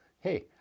hey